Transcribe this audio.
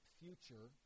future